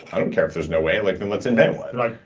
i don't care if there's no way, like then let's invent one! right?